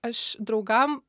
aš draugam